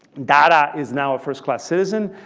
data is now a first class citizen.